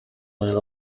will